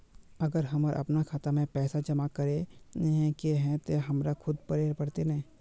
अगर हमर अपना खाता में पैसा जमा करे के है ते हमरा खुद रहे पड़ते ने?